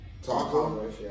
Taco